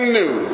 new